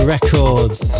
Records